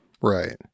Right